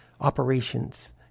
Operations